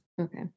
Okay